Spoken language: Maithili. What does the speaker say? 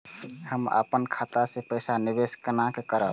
हम अपन खाता से पैसा निवेश केना करब?